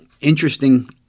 interesting